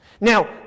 Now